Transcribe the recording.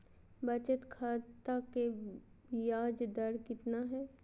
बचत खाता के बियाज दर कितना है?